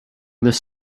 this